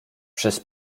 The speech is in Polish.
przez